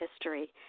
history